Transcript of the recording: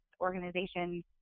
organizations